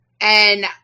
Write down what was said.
And-